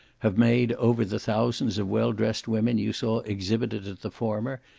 have made over the thousands of well-dressed women you saw exhibited at the former,